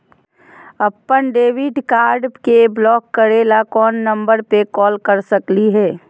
अपन debit card के block करे ला कौन नंबर पे कॉल कर सकली हई?